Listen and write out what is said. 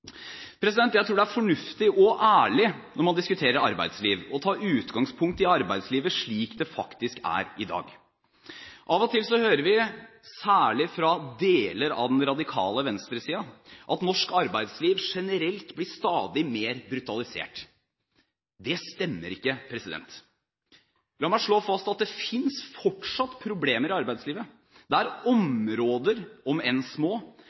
tror jeg det er fornuftig, og ærlig, å ta utgangspunkt i arbeidslivet slik det faktisk er i dag. Av og til hører vi – særlig fra deler av den radikale venstresiden – at norsk arbeidsliv generelt blir stadig mer brutalisert. Det stemmer ikke! La meg slå fast at det fortsatt finnes problemer i arbeidslivet. Det er områder – om enn små